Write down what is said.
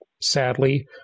sadly